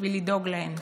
בשביל לדאוג להן,